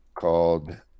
called